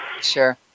Sure